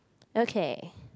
okay